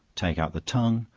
take out the tongue,